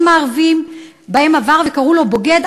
הערביים שבהם עבר וכיצד קראו לו "בוגד",